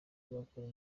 bakora